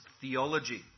theology